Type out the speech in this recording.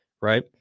Right